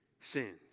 sins